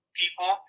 people